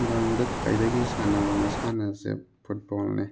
ꯈꯨꯡꯒꯪꯗ ꯈ꯭ꯋꯥꯏꯗꯒꯤ ꯁꯥꯟꯅꯕ ꯃꯁꯥꯟꯅꯁꯦ ꯐꯨꯠꯕꯣꯜꯅꯤ